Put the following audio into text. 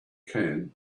can